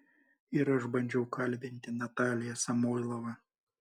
ir aš bandžiau kalbinti nataliją samoilovą